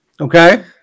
Okay